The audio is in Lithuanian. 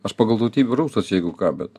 aš pagal tautybę rusas jeigu ką bet